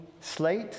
slate